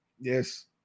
Yes